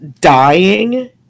dying